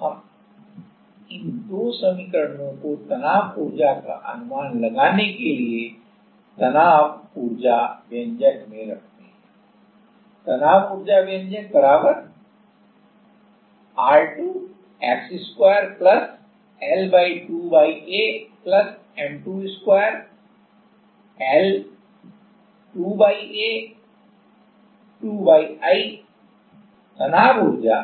हम इन दो समीकरणों को तनाव ऊर्जा का अनुमान लगाने के लिए तनाव ऊर्जा व्यंजक में रखते हैं तनाव ऊर्जा R2x2 L2YA M2 वर्ग L 2YA 2YI 2YI M2 2F का